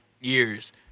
years